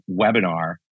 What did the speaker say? webinar